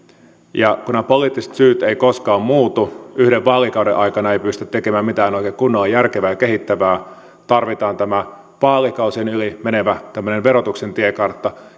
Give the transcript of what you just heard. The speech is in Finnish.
kun nämä poliittiset syyt eivät koskaan muutu ja yhden vaalikauden aikana ei pysty tekemään mitään oikein kunnolla järkevää ja kehittävää tarvitaan tämmöinen vaalikausien yli menevä verotuksen tiekartta